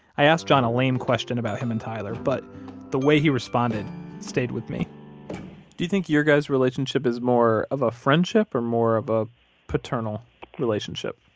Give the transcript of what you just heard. i asked john a lame question about him and tyler, but the way he responded stayed with me do you think your guy's relationship is more of a friendship or more of a paternal relationship?